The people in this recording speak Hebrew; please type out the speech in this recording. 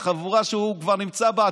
זו החבורה שהוא כבר נמצא בה,